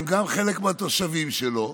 הם גם חלק מהתושבים שלו.